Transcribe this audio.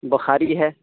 بخاری ہے